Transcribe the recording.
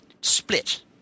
split